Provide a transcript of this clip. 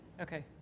Okay